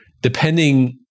depending